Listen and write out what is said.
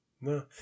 No